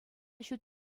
ҫут